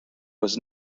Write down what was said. was